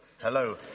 Hello